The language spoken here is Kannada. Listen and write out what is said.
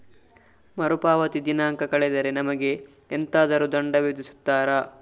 ಮರುಪಾವತಿ ದಿನಾಂಕ ಕಳೆದರೆ ನಮಗೆ ಎಂತಾದರು ದಂಡ ವಿಧಿಸುತ್ತಾರ?